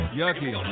yucky